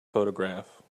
photograph